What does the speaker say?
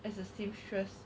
as a seamstress